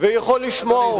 ויכול לשמוע אותו,